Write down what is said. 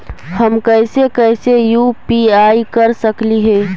हम कैसे कैसे यु.पी.आई कर सकली हे?